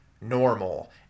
normal